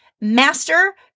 Master